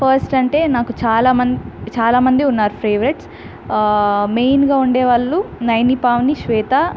first అంటే నాకు చాలా మం చాలా మంది ఉన్నారు ఫేవరెట్స్ మెయిన్గా ఉండే వాళ్ళు నయని పావని శ్వేత